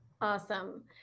Awesome